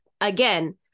again